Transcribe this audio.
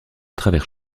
travers